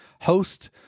host